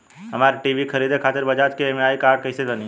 हमरा टी.वी खरीदे खातिर बज़ाज़ के ई.एम.आई कार्ड कईसे बनी?